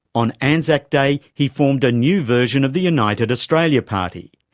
on anzac day he formed a new version of the united australia party,